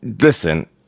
Listen